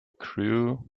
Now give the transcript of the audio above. crew